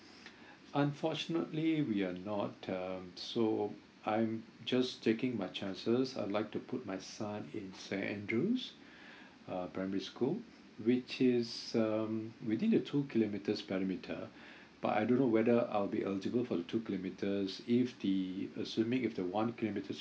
unfortunately we are not um so I'm just taking my chances I'd like to put my son in saint andrew's uh primary school which is um within the two kilometres perimeter but I don't know whether I'll be eligible for the two kilometres if the assuming if the one kilometre's